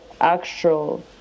actual